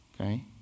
Okay